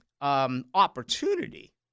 opportunity